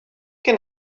can